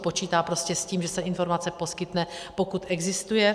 Počítá prostě s tím, že se informace poskytne, pokud existuje.